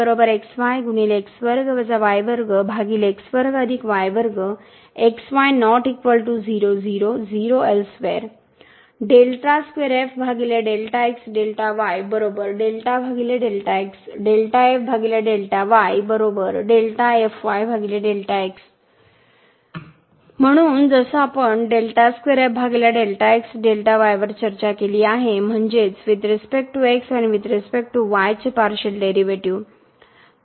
म्हणून जशी आपण वर चर्चा केली आहे म्हणजेच वुईथ रिस्पेक्ट टू x आणि वुईथ रिस्पेक्ट टू y चे पार्शिअल डेरीवेटीव